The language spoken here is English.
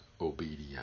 obedience